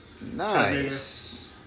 nice